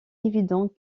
évident